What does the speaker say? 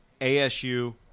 ASU